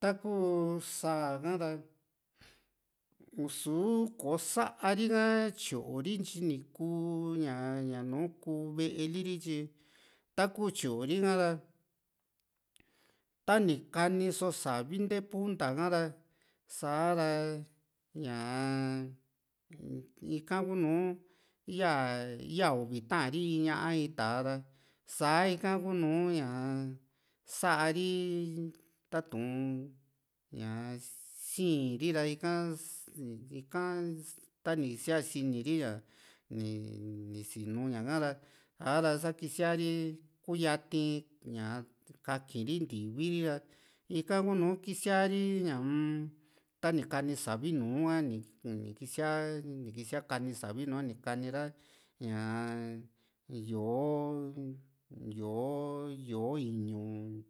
taku sáa ka´ra u´suu kò´o sa´ri ha tyoo ri ntyini kuu ñaa ña nu´u kuu ve´e liri tyi takuu tyoori ka´ra tani kani soo savi nte punta ka ra sa´ra ñaa ika kuu nu ya yaa uvi taa´ri in ñá´´ a in tá´a ra sa ika kuu nu ñaa sa´ri ta´tun ña ssii´n ri ra ika ika tani siaa sini ri ni ni sinu ñaka ra sa´ra sa kisia ri kuu yati ñaa kaki ri ntivi ri ra ika kuu nùù kisiari ñaa-m tani kani savi nùù ha ni kisia kisia kani savi ni kani ra ñaa yó´o yó´o yó´o iñu